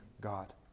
God